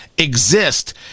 exist